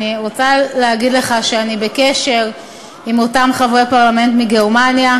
אני רוצה להגיד לך שאני בקשר עם אותם חברי פרלמנט מגרמניה,